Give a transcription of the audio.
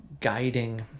guiding